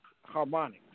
harmonics